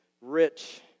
rich